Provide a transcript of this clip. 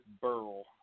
Burl